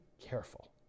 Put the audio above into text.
careful